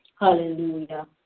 Hallelujah